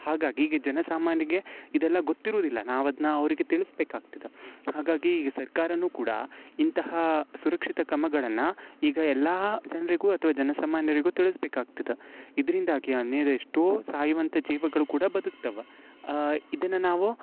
ಹಾಗಾಗಿ ಈಗ ಜನ ಸಾಮಾನ್ಯರಿಗೆ ಇದೆಲ್ಲ ಗೊತ್ತಿರುವುದಿಲ್ಲ ನಾವು ಅದು ನಾವು ಅವರಿಗೆ ತಿಳ್ಸ್ಬೇಕಾಗ್ತದೆ ಹಾಗಾಗಿ ಈ ಸರ್ಕಾರವೂ ಕೂಡ ಇಂತಹ ಸುರಕ್ಷಿತ ಕ್ರಮಗಳನ್ನು ಈಗ ಎಲ್ಲ ಜನರಿಗೂ ಅಥ್ವಾ ಜನ ಸಾಮಾನ್ಯರಿಗೂ ತಿಳಿಸ್ಬೇಕಾಗ್ತಿದ ಇದರಿಂದಾಗಿ ಎಷ್ಟೋ ಸಾಯುವಂಥ ಜೀವಗಳು ಕೂಡ ಬದುಕ್ತಾವ ಇದನ್ನು ನಾವು